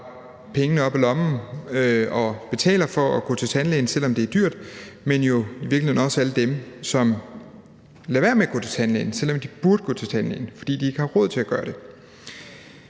dag har pengene op af lommen og betaler for at gå til tandlægen, selv om det er dyrt, men jo i virkeligheden også alle dem, som lader være med at gå til tandlægen – men som egentlig burde gå til tandlægen – fordi de ikke har råd til at gøre det.